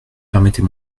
permettez